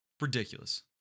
Ridiculous